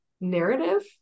narrative